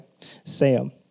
Sam